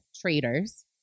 Traders